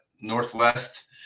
Northwest